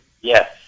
Yes